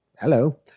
Hello